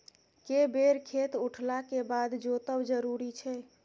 के बेर खेत उठला के बाद जोतब जरूरी छै?